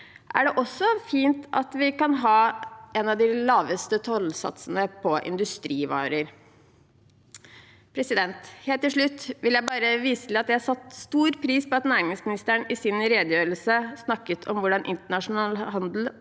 er det også fint at vi kan ha en av de laveste tollsatsene på industrivarer. Helt til slutt vil jeg bare vise til at jeg satte stor pris på at næringsministeren i sin redegjørelse snakket om hvordan internasjonal handel